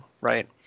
right